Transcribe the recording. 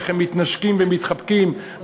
איך הם מתנשקים ומתחבקים,